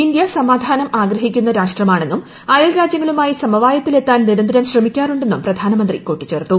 India സമാധാനം ആഗ്രഹിക്കുന്ന രാഷ്ട്ര മാണെന്നും അയൽരാജ്യങ്ങളുമായി സമവായത്തിലെ ത്താൻ നിരന്തരം ശ്രമിക്കാറുണ്ടെന്നും പ്രധാനമന്ത്രി കൂട്ടിച്ചേർത്തു